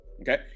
okay